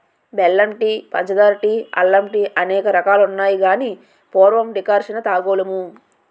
బెల్లం టీ పంచదార టీ అల్లం టీఅనేక రకాలున్నాయి గాని పూర్వం డికర్షణ తాగోలుము